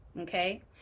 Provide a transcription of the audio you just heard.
okay